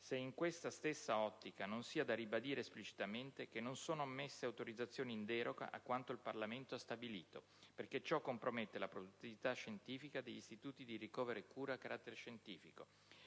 se, in questa stessa ottica, non sia da ribadire esplicitamente che non sono ammesse autorizzazioni in deroga a quanto il Parlamento ha stabilito, perché ciò compromette la produttività scientifica degli Istituti di ricovero e cura a carattere scientifico;